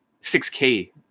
6K